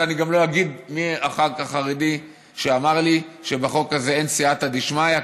ואני גם לא אגיד מי הח"כ החרדי שאמר לי שבחוק הזה אין סיעתא דשמיא.